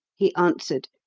he answered,